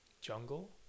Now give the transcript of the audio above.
Jungle